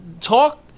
talk